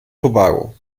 tobago